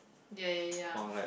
ya ya ya